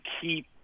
keep